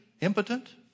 impotent